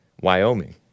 Wyoming